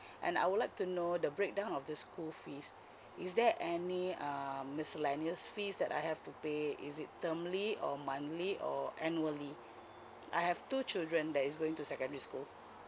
and I would like to know the breakdown of the school fees is there any um miscellaneous fees that I have to pay is it termly or monthly or annually I have two children that is going to secondary school